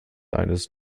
eines